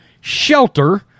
shelter